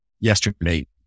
yesterday